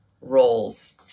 roles